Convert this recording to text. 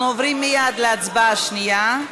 אנחנו עוברים מייד להצבעה שנייה,